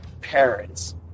parents